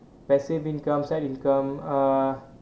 passive income side income ah